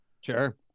Sure